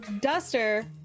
duster